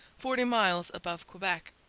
forty miles above quebec,